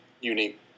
unique